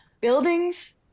Buildings